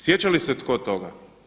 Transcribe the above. Sjeća li se tko toga?